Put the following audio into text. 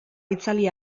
itzali